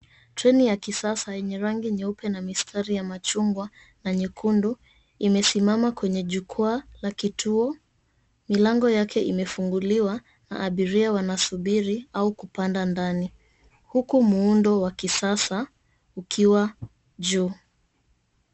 Treni ya kisasa yenye rangi nyeupe na mistari ya machungwa na nyekundu imesimama kwenye jukua la kituo. Milango yake imefunguliwa na abiria wanasubiri au kupanda ndani huku muundo wa kisasa ukiwa juu.